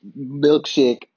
milkshake